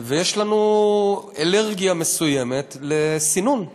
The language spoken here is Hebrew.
ויש לנו אלרגיה מסוימת לסינון.